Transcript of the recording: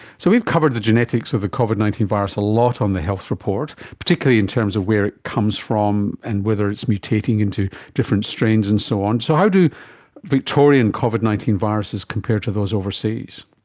so we've covered the genetics of the covid nineteen virus a lot on the health report, particularly in terms of where it comes from and whether it's mutating into different strains and so on. so how do victorian covid nineteen viruses compare to those overseas?